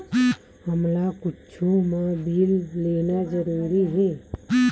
हमला कुछु मा बिल लेना जरूरी हे?